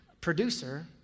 producer